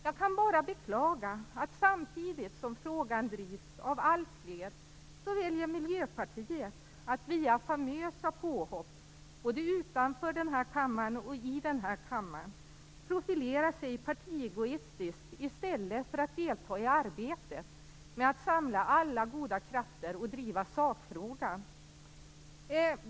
Jag kan bara beklaga att samtidigt som frågan drivs av alltfler väljer Miljöpartiet att via famösa påhopp, både i och utanför denna kammare, profilera sig partiegoistiskt i stället för att delta i arbetet med att samla goda krafter och driva sakfrågan.